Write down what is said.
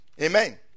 Amen